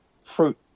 fruit